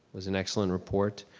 was an excellent report.